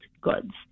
goods